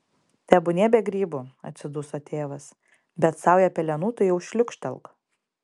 tebūnie be grybų atsiduso tėvas bet saują pelenų tai jau šliūkštelk